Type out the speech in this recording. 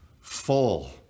full